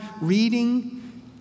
reading